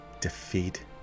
defeat